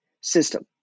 system